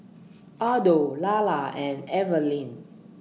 Othel Lara and Evalyn